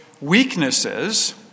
weaknesses